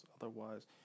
otherwise